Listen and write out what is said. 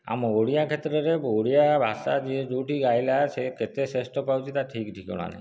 ଆମ ଓଡ଼ିଆ କ୍ଷେତ୍ରରେ ଓଡ଼ିଆ ଭାଷା ଯିଏ ଯେଉଁଠିକି ଆସିଲା ସେ କେତେ ଶ୍ରେଷ୍ଠ ପାଉଛି ତା'ର ଠିକ୍ ଠିକଣା ନାହିଁ